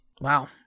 Wow